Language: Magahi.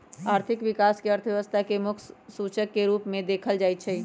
आर्थिक विकास अर्थव्यवस्था के मुख्य सूचक के रूप में देखल जाइ छइ